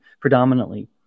predominantly